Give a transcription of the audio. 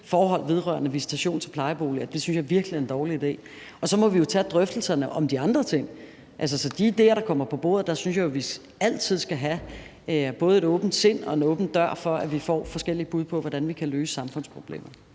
forhold vedrørende visitation til plejeboliger, og det synes jeg virkelig er en dårlig idé. Så må vi jo tage drøftelserne om de andre ting. Med hensyn til de idéer, der kommer på bordet, synes jeg jo altid vi skal have både et åbent sind og en åben dør, for at vi får forskellige bud på, hvordan vi kan løse samfundsproblemer.